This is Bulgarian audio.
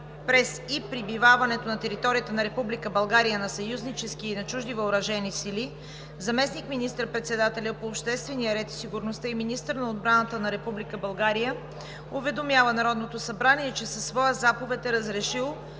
през и пребиваването на територията на Република България на съюзнически и на чужди въоръжени сили заместник министър председателят по обществения ред и сигурността и министър на отбраната на Република България уведомява Народното събрание, че със своя заповед е разрешил: